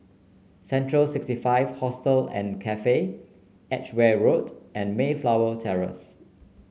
Central sixty five Hostel and Cafe Edgeware Road and Mayflower Terrace